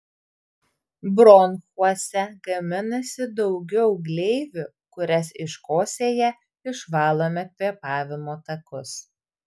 bronchuose gaminasi daugiau gleivių kurias iškosėję išvalome kvėpavimo takus